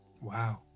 wow